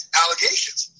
allegations